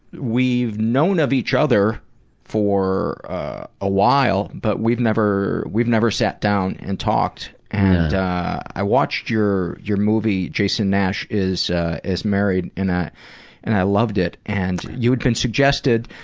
we've known of each other for a while but we've never we've never sat down and talked and i watched your your movie jason nash is is married ah and i loved it and you had been suggested.